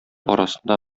арасында